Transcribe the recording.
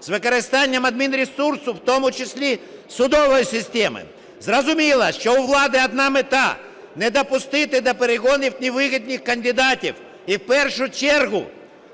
з використанням адмінресурсу, в тому числі судової системи. Зрозуміло, що у влади одна мета – не допустити до перегонів невигідних кандидатів, і в першу чергу